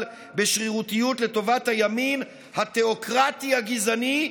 בשרירותיות לטובת הימין התיאוקרטי הגזעני,